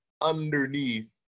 underneath